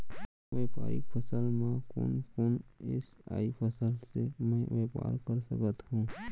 व्यापारिक फसल म कोन कोन एसई फसल से मैं व्यापार कर सकत हो?